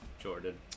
Jordan